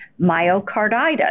myocarditis